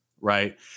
right